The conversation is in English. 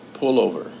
pullover